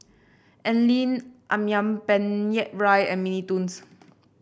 Anlene ayam Penyet Ria and Mini Toons